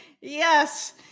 Yes